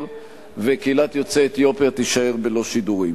וקהילת יוצאי אתיופיה תישאר בלא שידורים.